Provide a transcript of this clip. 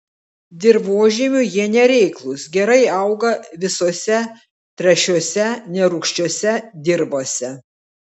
dirvožemiui jie nereiklūs gerai auga visose trąšiose nerūgščiose dirvose